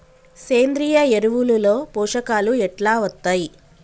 సేంద్రీయ ఎరువుల లో పోషకాలు ఎట్లా వత్తయ్?